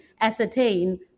ascertain